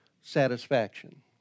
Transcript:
Satisfaction